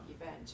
event